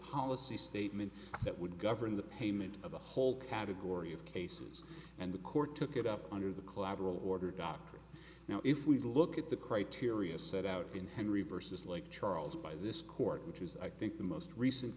policy statement that would govern the payment of a whole category of cases and the court took it up under the collateral order doctrine now if we look at the criteria set out in henry versus like charles by this court which is i think the most recent